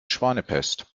schweinepest